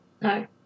No